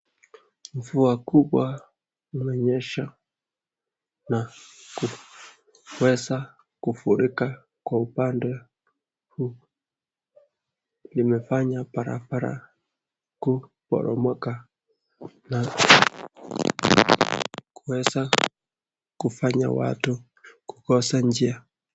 Mvua kubwa umenyesha na kuweza kufurika kwa upande huu. Imefanya barabara kuporomoka na kuweza kufanya watu kukosa njia.